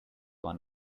one